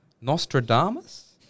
Nostradamus